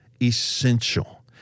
essential